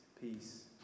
Peace